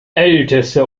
älteste